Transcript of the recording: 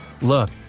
Look